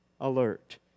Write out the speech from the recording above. alert